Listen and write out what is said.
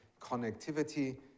connectivity